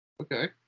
Okay